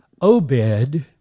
Obed